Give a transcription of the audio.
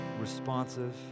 responsive